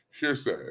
hearsay